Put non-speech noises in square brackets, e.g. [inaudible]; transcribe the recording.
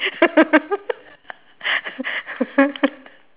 [laughs]